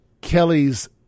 Kelly's